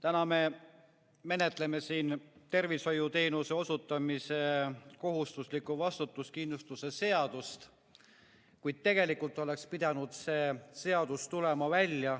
Täna me menetleme siin tervishoiuteenuse osutaja kohustusliku vastutuskindlustuse seadust, kuid tegelikult oleks pidanud see seadus tulema välja